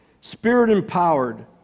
Spirit-empowered